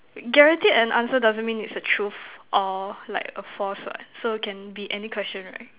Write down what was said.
guaranteed an answer doesn't mean it's a truth or like a false what so can be any question right